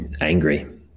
angry